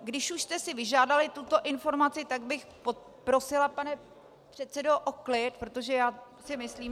Když už jste si vyžádali tuto informaci, tak bych prosila, pane předsedo, o klid, protože já si myslím...